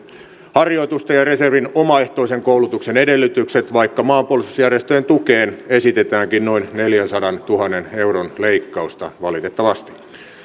harjoitusten ja reservin omaehtoisen koulutuksen edellytykset vaikka maanpuolustusjärjestöjen tukeen esitetäänkin noin neljänsadantuhannen euron leikkausta valitettavasti